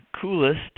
coolest